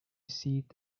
seat